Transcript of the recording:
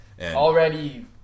Already